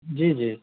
जी जी